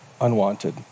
unwanted